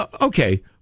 Okay